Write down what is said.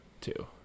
two